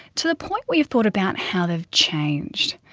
to the point where you've thought about how they've changed?